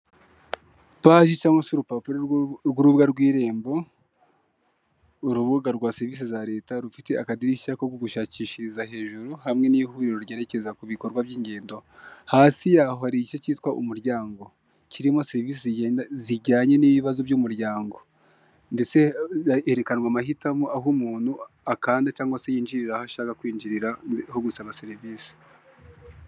Paji cyangwa se urupapuro rw'urubuga rw'irembo, urubuga rwa serivisi za leta rufite akadirishya ko gushakishiriza hejuru hamwe n'ihuriro ryerekeza ku bikorwa by'ingendo. Hasi yaho hari igice cyitwa umuryango kirimo serivisi zijyanye n'ibibazo by'umuryango ndetse yekanwa amahitamo aho umuntu akanda cyangwa se yinjirira aho ashaka kwinjirira aho gusaba serivisi.